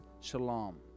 shalom